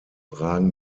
ragen